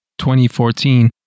2014